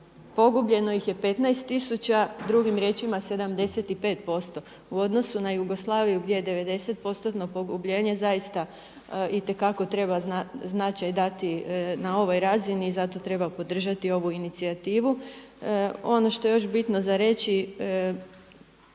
Pogubljeno ih je 15000. Drugim riječima 75% u odnosu na Jugoslaviju gdje je devedeset postotno pogubljenje zaista itekako treba značaj dati na ovoj razini i zato treba podržati ovu inicijativu. Ono što je još bitno za reći